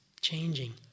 changing